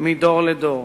מדור לדור.